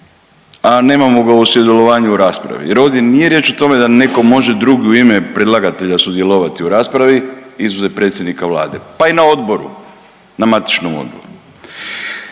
a nemamo ga u sudjelovanju u raspravi jer ovdje nije riječ o tome da neko može drugo ime predlagatelja sudjelovati u raspravi izuzev predsjednika Vlade, pa i na odboru, na matičnom odboru